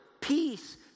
peace